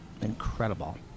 Incredible